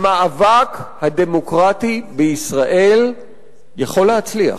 המאבק הדמוקרטי בישראל יכול להצליח.